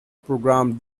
program